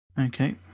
Okay